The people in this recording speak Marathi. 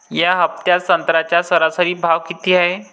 या हफ्त्यात संत्र्याचा सरासरी भाव किती हाये?